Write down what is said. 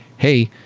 hey,